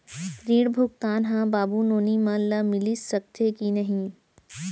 ऋण भुगतान ह बाबू नोनी मन ला मिलिस सकथे की नहीं?